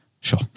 Sure